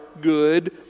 good